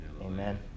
Amen